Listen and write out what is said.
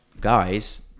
guys